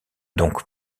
donc